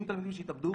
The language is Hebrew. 70 תלמידים שהתאבדו,